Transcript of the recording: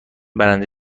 برنده